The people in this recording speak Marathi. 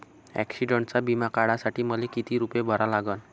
ॲक्सिडंटचा बिमा काढा साठी मले किती रूपे भरा लागन?